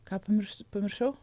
ką pamirš pamiršau